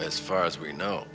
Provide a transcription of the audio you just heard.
as far as we know